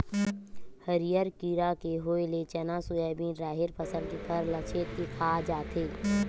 हरियर कीरा के होय ले चना, सोयाबिन, राहेर फसल के फर ल छेंद के खा जाथे